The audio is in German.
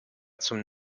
zum